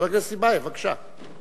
חבר הכנסת טיבייב, בבקשה.